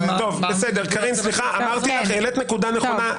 קארין, אמרתי לך, העלית נקודה נכונה.